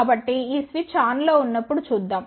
కాబట్టి ఇప్పుడు స్విచ్ ఆన్లో ఉన్నప్పుడు చూద్దాం